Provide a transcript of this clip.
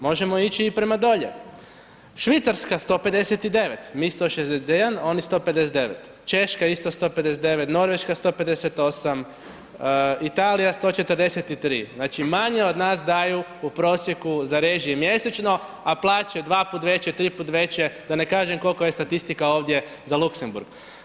Možemo ići i prema dolje, Švicarska 159, mi 161, oni 159, Češka isto 159, Norveška 158, Italija 143, znači, manje od nas daju u prosjeku za režije mjesečno, a plaće dva put veće, tri put veće, da ne kažem koliko je statistika ovdje za Luksemburg.